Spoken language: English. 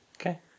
Okay